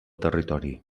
territori